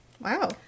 wow